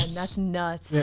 that's nuts.